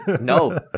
No